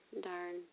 darn